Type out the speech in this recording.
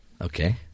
Okay